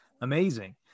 amazing